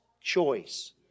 choice